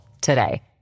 today